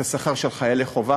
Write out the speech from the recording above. לשכר של חיילי חובה.